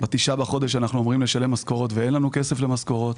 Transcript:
ב-9 בדצמבר אנחנו אמורים לשלם משכורות ואין לנו כסף למשכורות.